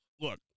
Look